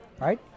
right